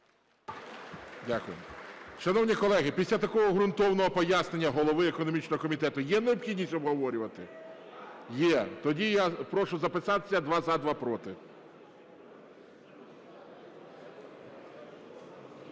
Дякую. Шановні колеги, після такого ґрунтовного пояснення голови економічного комітету є необхідність обговорювати? Є. Тоді я прошу записатися: два – за, два – проти.